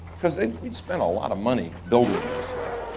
cause we spent a lot of money building this thing.